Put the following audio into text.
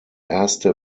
erste